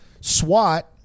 SWAT